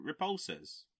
repulsors